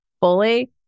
fully